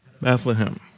Bethlehem